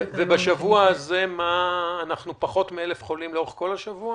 בשבוע הזה יש פחות מ-1,000 חולים לאורך כל השבוע?